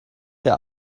der